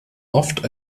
oft